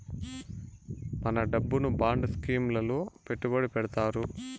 మన డబ్బును bond scheme లలో పెట్టుబడి పెడతారు